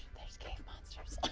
there's cave monsters.